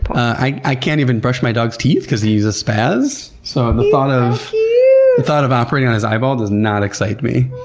i can't even brush my dog's teeth because he's a spaz. so the thought of thought of operating on his eyeball does not excite me.